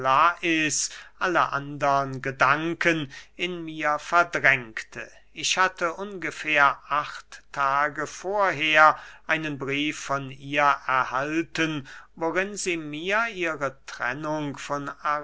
alle andern gedanken in mir verdrängte ich hatte ungefähr acht tage vorher einen brief von ihr erhalten worin sie mir ihre trennung von